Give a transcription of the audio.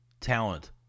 talent